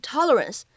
Tolerance